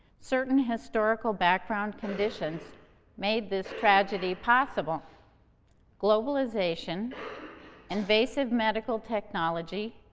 certain historical background conditions made this tragedy possible globalization invasive medical technology,